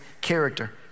character